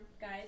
guys